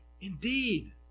indeed